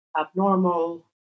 abnormal